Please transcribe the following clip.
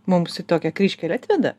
mums į tokią kryžkelę atveda